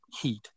heat